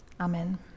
Amen